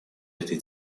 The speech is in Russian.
этой